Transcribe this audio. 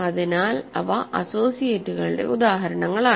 അതിനാൽ ഇവ അസോസിയേറ്റുകളുടെ ഉദാഹരണങ്ങളാണ്